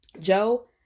Joe